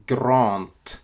Grant